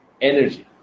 Energy